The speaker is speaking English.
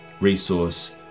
resource